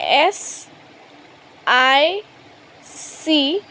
S I C